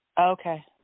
Okay